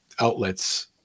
outlets